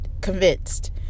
convinced